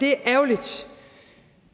Det er ærgerligt,